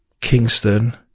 Kingston